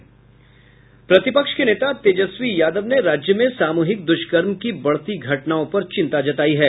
बिहार विधानसभा में प्रतिपक्ष के नेता तेजस्वी यादव ने राज्य में सामूहिक दुष्कर्म की बढ़ती घटनाओं पर चिंता जतायी है